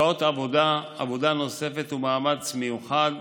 שעות עבודה, עבודה נוספת ומאמץ מיוחד,